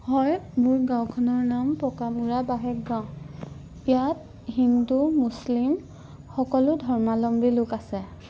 হয় মোৰ গাঁওখনৰ নাম পকামুৰা বাহেক গাঁও ইয়াত হিন্দু মুছলিম সকলো ধৰ্মালম্বী লোক আছে